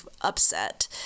upset